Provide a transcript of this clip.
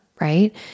right